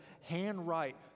handwrite